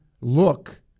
look